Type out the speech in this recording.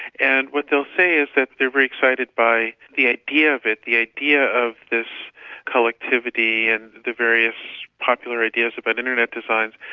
and what they'll say is that they're very excited by the idea of it, the idea of this collectivity and the various popular ideas about but internet designs,